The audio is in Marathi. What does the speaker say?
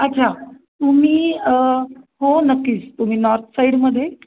अच्छा तुम्ही हो नक्कीच तुम्ही नॉर्थ साईडमध्ये